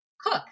cook